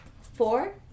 Four